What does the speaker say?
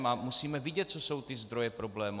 A musíme vidět, co jsou ty zdroje problémů.